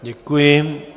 Děkuji.